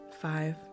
five